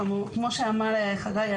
כמו שאמר חגי,